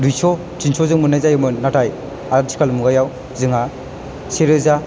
दुइस' थिनस'जों मोननाय जायोमोन नाथाय आथिखाल मुगायाव जोंहा से रोजा